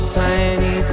tiny